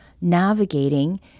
navigating